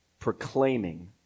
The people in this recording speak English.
Proclaiming